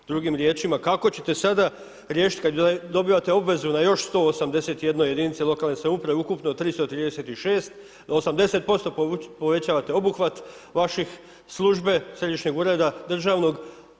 Drugim riječima, kako ćete sada riješiti kad dobivate obvezu na još 181 jedinici lokalne samouprave ukupno 336, 80% povećavate obuhvat vaše službe, Središnjeg ureda državnog?